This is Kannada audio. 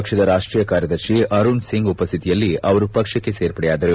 ಪಕ್ಷದ ರಾಷ್ಷೀಯ ಕಾರ್ಯದರ್ತಿ ಅರುಣ್ ಸಿಂಗ್ ಉಪಸ್ಥಿತಿಯಲ್ಲಿ ಅವರು ಪಕ್ಷಕ್ಕೆ ಸೇರ್ಪಡೆಯಾದರು